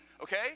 okay